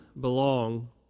belong